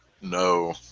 No